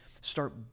Start